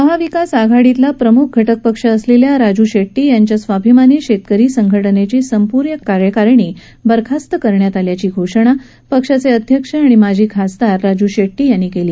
महाविकास आघाडीतला प्रमुख घटकपक्ष असलेल्या राजू शेट्टी यांच्या स्वाभिमानी शेतकरी संघटनेची संपूर्ण कार्यकारिणी बरखास्त करण्यात आल्याची घोषणा पक्षाचे अध्यक्ष माजी खासदार राजू शेट्टी यांनी केली